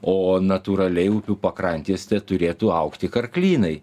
o natūraliai upių pakrantėse turėtų augti karklynai